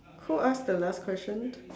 who ask the last question